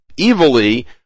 evilly